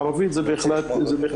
וכן הלאה